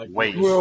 wait